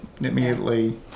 immediately